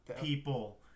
people